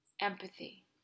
empathy